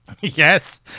Yes